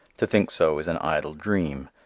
to think so is an idle dream,